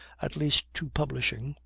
at least to publishing,